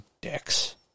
dicks